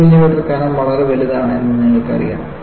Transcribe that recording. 15 millimetre കനം വളരെ വലുതാണ് എന്ന് നിങ്ങൾക്കറിയാം